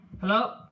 Hello